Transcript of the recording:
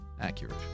accurate